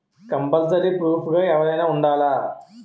Compulsory proof గా ఎవరైనా ఉండాలా?